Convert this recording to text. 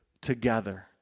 together